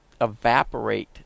evaporate